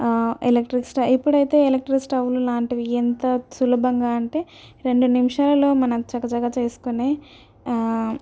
electric స్ట ఎప్పుడైతే electric స్టవ్లు లాంటివి ఎంత సులభంగా అంటే రెండు నిమిషాలలో మనం చకచక చేసుకొని